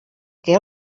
què